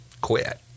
quit